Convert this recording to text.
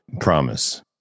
promise